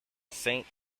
saint